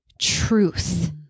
truth